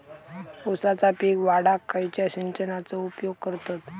ऊसाचा पीक वाढाक खयच्या सिंचनाचो उपयोग करतत?